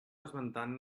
esmentant